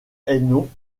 hainaut